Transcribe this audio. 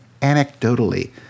anecdotally